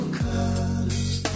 colors